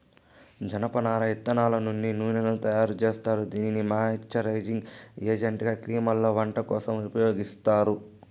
జనపనార ఇత్తనాల నుండి నూనెను తయారు జేత్తారు, దీనిని మాయిశ్చరైజింగ్ ఏజెంట్గా క్రీమ్లలో, వంట కోసం ఉపయోగిత్తారు